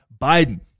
Biden